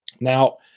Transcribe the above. Now